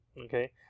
okay